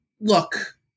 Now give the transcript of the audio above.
look